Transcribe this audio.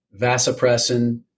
vasopressin